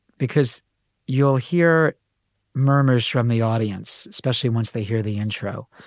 because you'll hear murmurs from the audience, especially once they hear the intro.